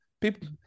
people